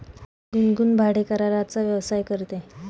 गुनगुन भाडेकराराचा व्यवसाय करते